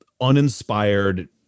uninspired